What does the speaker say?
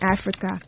Africa